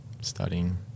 studying